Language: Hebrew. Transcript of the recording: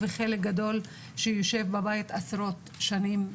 וחלק גדול שיושב בבית עשרות שנים,